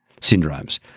syndromes